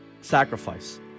sacrifice